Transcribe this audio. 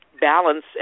balance